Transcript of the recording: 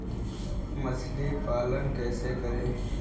मछली पालन कैसे करें?